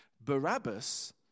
Barabbas